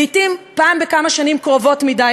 לעתים פעם אחת בכמה שנים קרובות מדי,